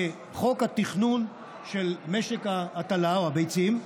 בחוק התכנון של משק ההטלה, או הביצים,